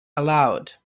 aloud